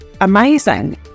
amazing